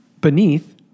beneath